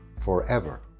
forever